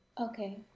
Okay